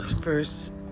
first